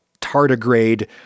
tardigrade